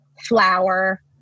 flour